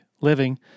living